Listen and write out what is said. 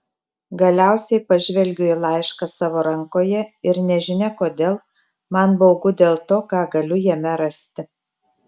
galiausiai pažvelgiu į laišką savo rankoje ir nežinia kodėl man baugu dėl to ką galiu jame rasti